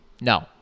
No